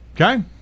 Okay